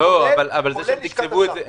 לא, אבל זה שהם תקצבו את זה.